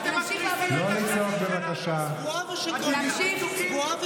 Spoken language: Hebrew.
אתם הורסים את הכלכלה הישראלית, משפט סיכום, סגנית